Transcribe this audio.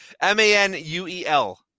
M-A-N-U-E-L